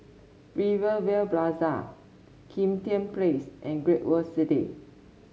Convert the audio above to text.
Rivervale Plaza Kim Tian Place and Great World City